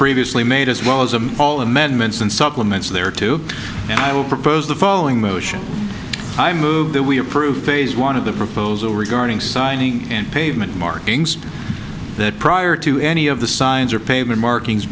previously made as well as i'm all amendments and supplements there too and i will propose the following motion i move that we have proof phase one of the proposal regarding signing and pavement markings that prior to any of the signs or pavement markings